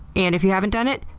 and if you haven't done it,